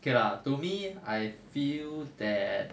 okay lah to me I feel that